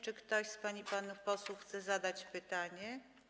Czy ktoś z pań i panów posłów chce jeszcze zadać pytanie?